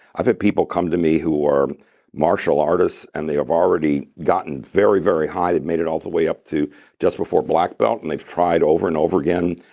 i've had people come to me who are martial artists, and they have already gotten very, very high. they've made it all the way up to just before black belt. and they've tried over and over again.